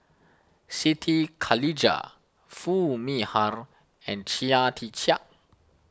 Siti Khalijah Foo Mee Har and Chia Tee Chiak